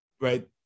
right